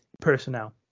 personnel